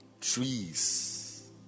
trees